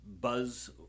buzz